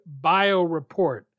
BioReport